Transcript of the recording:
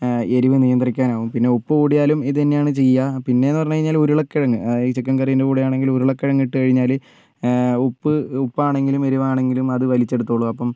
എരിവ് നിയന്ത്രിക്കാനാവും പിന്നെ ഉപ്പ് കൂടിയാലും ഇതുതന്നെ ആണ് ചെയ്യുക പിന്നെ എന്ന് പറഞ്ഞുകഴിഞ്ഞാൽ ഉരുളക്കിഴങ്ങ് അത് ഈ ചിക്കൻ കറിന്റെ കൂടെ ആണെങ്കിൽ ഉരുളക്കിഴങ്ങ് ഇട്ടുകഴിഞ്ഞാൽ ഉപ്പ് ഉപ്പ് ആണെങ്കിലും എരിവാണങ്കിലും അത് വലിച്ചെടുത്തോളും അപ്പം